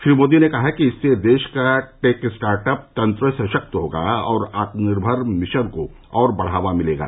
श्री मोदी ने कहा कि इससे देश का टेक स्टार्टअप तंत्र सशक्त होगा और आत्मनिर्मर मिशन को और बढावा मिलेगा